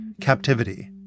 captivity